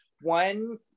one